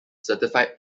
certified